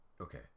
Okay